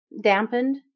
dampened